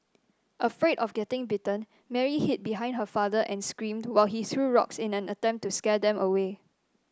afraid of getting bitten Mary hid behind her father and screamed to while he threw rocks in an attempt to scare them away